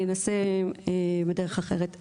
אני אנסה בדרך אחרת.